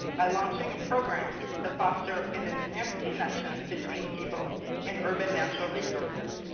by launching a program to foster an enhanced connection between people and urban natural resources.